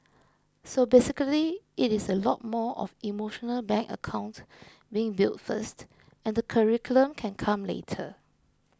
so basically it is a lot more of emotional bank account being built first and the curriculum can come later